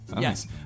Yes